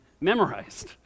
memorized